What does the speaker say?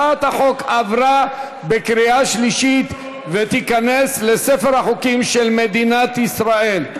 הצעת החוק עברה בקריאה שלישית ותיכנס לספר החוקים של מדינת ישראל.